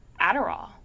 Adderall